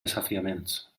desafiaments